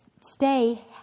stay